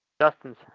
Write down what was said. Justin's